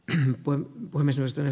ne on puimisesta